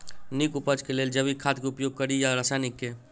नीक उपज केँ लेल जैविक खाद केँ उपयोग कड़ी या रासायनिक केँ?